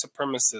supremacists